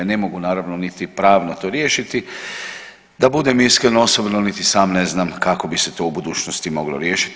Ne mogu naravno niti pravno to riješiti, da budem iskren osobno niti sam ne znam kako bi se to u budućnosti moglo riješiti.